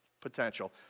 potential